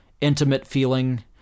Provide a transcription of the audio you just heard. intimate-feeling